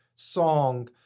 song